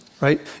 right